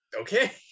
Okay